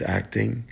acting